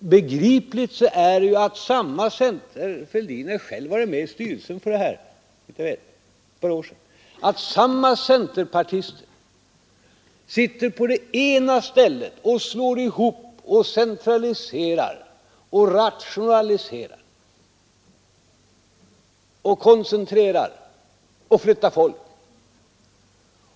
obegripligt är att samma centerpartister — herr Fälldin var själv med i föreningsrörelsens styrelse för ett par år sedan — sitter på det ena stället och slår ihop, centraliserar, rationaliserar, koncentrerar och flyttar folk.